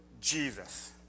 Jesus